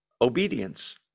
Obedience